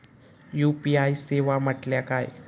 UPI सेवा म्हटल्या काय?